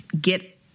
get